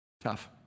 Tough